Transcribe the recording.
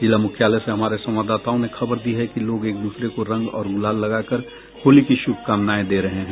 जिला मुख्यालय से हमारे संवाददाताओं ने खबर दी है कि लोग एक दूसरे को रंग और गुलाल लगाकर होली की शुभकामनाएं दे रहे हैं